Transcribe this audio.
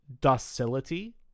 docility